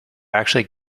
actually